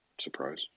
surprise